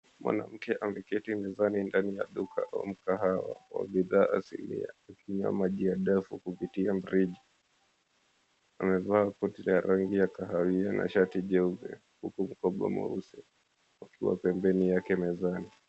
Mwanamke ameketi mezani ndani ya duka au mkahawa wa bidhaa asilia akinywa maji ya dafu kupitia mrija, amevaa koti la rangi ya kahawia na shati jeupe huku mkoba mweusi ukiwa pembeni yake mezani.